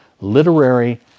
literary